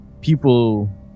people